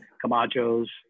Camacho's